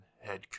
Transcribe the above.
head